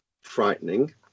frightening